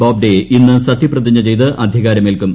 ബോബ്ഡെ ഇന്ന് സത്യപ്രതിജ്ഞ ചെയ്ത് അധികാരമേൽക്കും